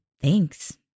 thanks